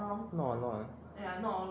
not a lot ah